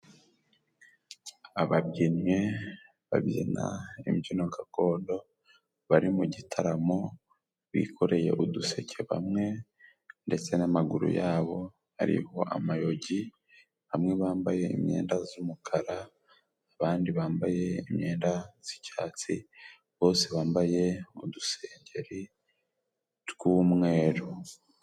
Ababyinnyi babyina imbyino gakondo, bari mu gitaramo, bikoreye uduseke, bamwe ndetse n'amaguru yabo ariho amayogi. Bamwe bambaye imyenda z'umukara, abandi bambaye imyenda z'icyatsi, bose bambaye udusengeri tw'umweru.